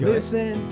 Listen